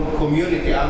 community